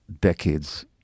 decades